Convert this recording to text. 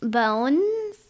bones